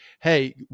Hey